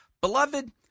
Beloved